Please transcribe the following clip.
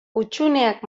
hutsuneak